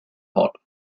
hot